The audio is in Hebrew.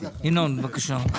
בבקשה.